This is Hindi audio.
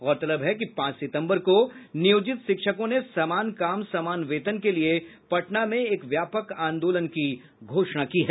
गौरतलब है कि पांच सितम्बर को नियोजित शिक्षकों ने समान काम समान वेतन को लिये पटना में एक व्यापक आंदोलन की घोषणा की है